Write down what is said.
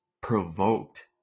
provoked